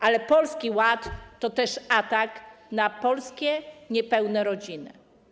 Ale Polski Ład to też atak na polskie niepełne rodziny.